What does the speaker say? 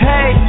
Hey